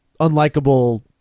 unlikable